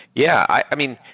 yeah. i mean,